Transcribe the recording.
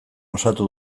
osatu